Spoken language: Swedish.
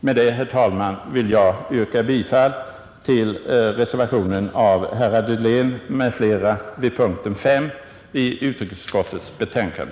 Med dessa ord, herr talman, vill jag yrka bifall till reservationen 2 av herr Dahlén m.fl. vid punkten 5 i utrikesutskottets betänkande.